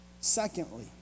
Secondly